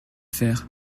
faire